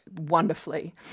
wonderfully